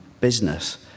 business